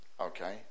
okay